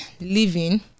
living